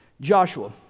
Joshua